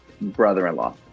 brother-in-law